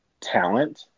talent